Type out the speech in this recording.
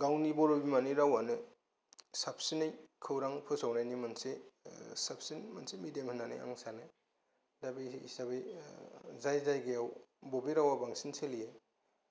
गावनि बर' बिमानि रावानो साबसिनै खौरां फोसावनायनि मोनसे मेडियाम होननानै आं सानो दा बे हिसाबै जाय जायगायाव बेनि रावा बांसिन सोलियो